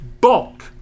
Bulk